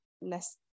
less